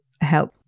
help